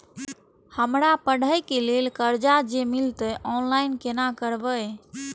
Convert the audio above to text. हमरा पढ़े के लेल कर्जा जे मिलते ऑनलाइन केना करबे?